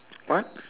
what